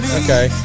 okay